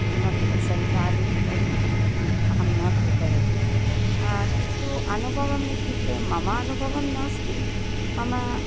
किमपि सञ्चालितम् अहं न कृतवती किन्तु अनुभवः इत्युक्ते मम अनुभवः नास्ति मम